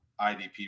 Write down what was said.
IDP